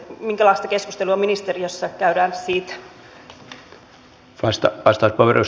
minkälaista keskustelua ministeriössä käydään siitä